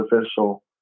official